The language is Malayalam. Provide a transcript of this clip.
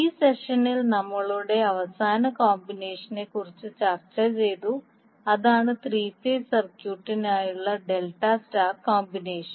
ഈ സെഷനിൽ നമ്മൾ അവസാന കോമ്പിനേഷനെക്കുറിച്ച് ചർച്ചചെയ്തു അതാണ് ത്രീ ഫേസ് സർക്യൂട്ടിനായുള്ള ഡെൽറ്റ സ്റ്റാർ കോമ്പിനേഷൻ